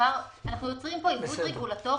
אנחנו יוצרים פה עיוות רגולטורי,